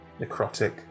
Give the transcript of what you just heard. necrotic